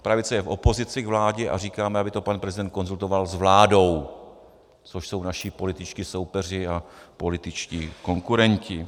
Pravice je v opozici k vládě a říkáme, aby to pan prezident konzultoval s vládou, což jsou naši političtí soupeři a političtí konkurenti.